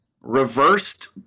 reversed-